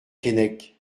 keinec